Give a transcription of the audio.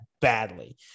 badly